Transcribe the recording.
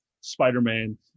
spider-man